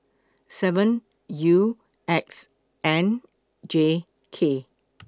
seven U X N J K